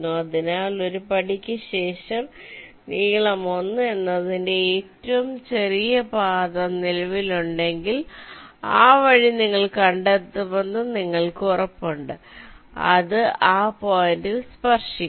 അതിനാൽ ഒരു പടിക്ക് ശേഷം നീളം 1 എന്നതിന്റെ ഏറ്റവും ചെറിയ പാത നിലവിലുണ്ടെങ്കിൽ ആ വഴി നിങ്ങൾ കണ്ടെത്തുമെന്ന് നിങ്ങൾക്ക് ഉറപ്പുണ്ട് അത് ആ പോയിന്റിൽ സ്പർശിക്കും